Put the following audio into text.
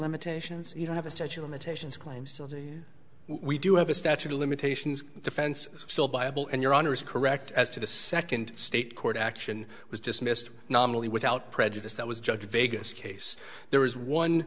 limitations you don't have a statue imitations claims we do have a statute of limitations defense still buyable and your honor is correct as to the second state court action was dismissed nominally without prejudice that was judge vegas case there was one